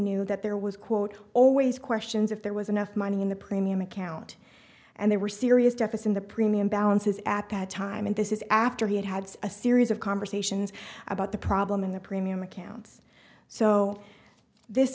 knew that there was quote always questions if there was enough money in the premium account and there were serious deficit the premium balances at that time and this is after he had had a series of conversations about the problem in the premium accounts so this